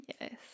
Yes